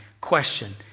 Question